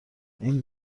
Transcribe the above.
این